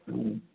ꯎꯝ